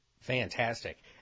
Fantastic